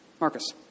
Marcus